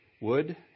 wood